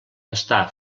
està